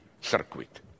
circuit